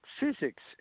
physics